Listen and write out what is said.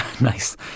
Nice